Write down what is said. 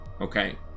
Okay